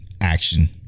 action